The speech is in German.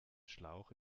schlauch